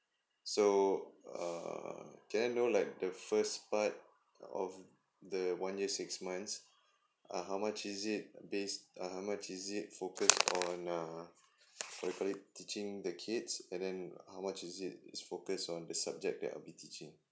so uh can I know like the first part of the one year six months uh how much is it based uh how much is it focus on uh what do you call it teaching the kids and then how much is it focus on the subject that I'll be teaching